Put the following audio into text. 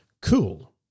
Cool